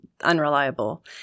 unreliable